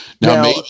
Now